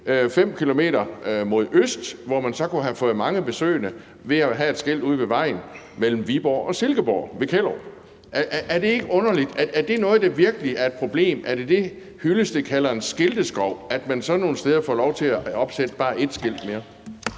5 km mod øst, hvor man så kunne have fået mange besøgende ved at have et skilt ude ved vejen mellem Viborg og Silkeborg, ved Kjellerup. Er det ikke underligt? Er det noget, der virkelig er et problem? Er det det, hr. Henning Hyllested kalder en skilteskov, at man sådan nogle steder får lov til at opsætte bare ét skilt mere?